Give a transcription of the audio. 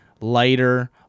lighter